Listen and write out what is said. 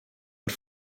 und